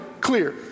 clear